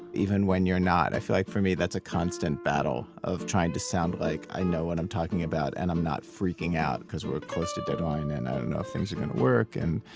even when you're not. i feel like for me that's a constant battle of trying to sound like i know what i'm talking about, and i'm not freaking out. because we're close to deadline, and i don't know if things are gonna work and,